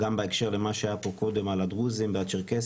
גם בהקשר למה שהיה פה קודם על הדרוזים והצ'רקסים.